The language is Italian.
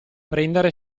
prendere